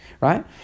right